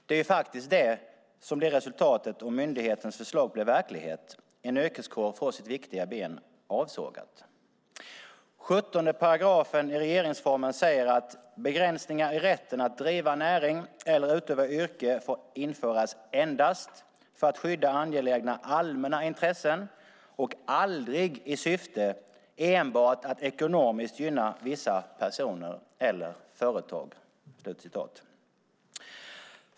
Det är faktiskt det som blir resultatet om myndighetens förslag blir verklighet. En yrkeskår får sitt viktiga ben avsågat. 17 § regeringsformen säger: "Begränsningar i rätten att driva näring eller utöva yrke får införas endast för att skydda angelägna allmänna intressen och aldrig i syfte enbart att ekonomiskt gynna vissa personer eller företag."